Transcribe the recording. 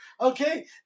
okay